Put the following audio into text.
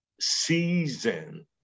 season